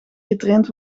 getraind